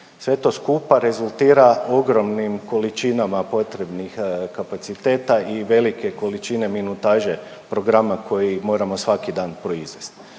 Sve to skupa rezultira ogromnim količinama potrebnih kapaciteta i velike količine minutaže programa koji moramo svaki dan proizvesti.